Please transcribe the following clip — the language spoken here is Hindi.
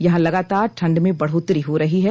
यहां लगातार ठंड में बढ़ोत्तरी हो रही है